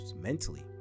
mentally